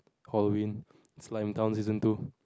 Halloween it's lion town season two